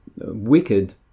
wicked